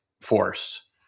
force